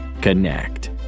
Connect